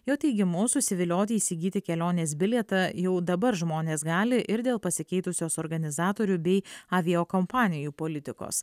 jo teigimu susivilioti įsigyti kelionės bilietą jau dabar žmonės gali ir dėl pasikeitusios organizatorių bei aviakompanijų politikos